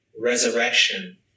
resurrection